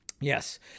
Yes